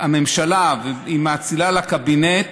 שהממשלה מאצילה לקבינט